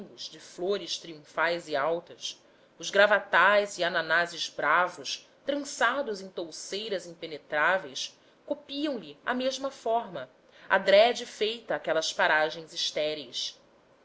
de flores triunfais e altas os gravatás e ananases bravos traçados em touceiras impenetráveis copiam lhe a mesma forma adrede feita àquelas paragens estéreis